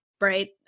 right